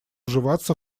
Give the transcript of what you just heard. вживаться